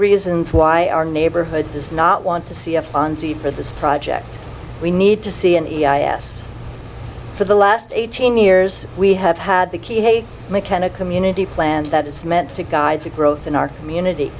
reasons why our neighborhood does not want to see a fonzie for this project we need to see an e t s for the last eighteen years we have had the key mechanic community plan that is meant to guide the growth in our community